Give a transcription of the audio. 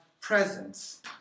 presence